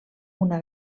una